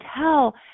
tell